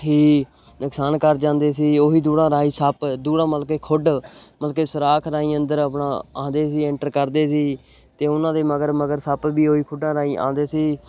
ਹੀ ਨੁਕਸਾਨ ਕਰ ਜਾਂਦੇ ਸੀ ਉਹੀ ਦੂੜਾ ਰਾਹੀਂ ਸੱਪ ਦੂੜਾ ਮਤਲਬ ਕਿ ਖੁੱਡ ਮਤਲਬ ਕਿ ਸੁਰਾਖ ਰਾਹੀਂ ਅੰਦਰ ਆਪਣਾ ਆਉਂਦੇ ਸੀ ਐਂਟਰ ਕਰਦੇ ਸੀ ਅਤੇ ਉਹਨਾਂ ਦੇ ਮਗਰ ਮਗਰ ਸੱਪ ਵੀ ਉਹੀ ਖੁੱਡਾਂ ਰਾਹੀਂ ਆਉਂਦੇ ਸੀ